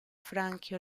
franchi